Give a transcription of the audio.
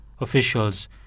officials